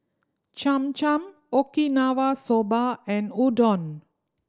Cham Cham Okinawa Soba and Udon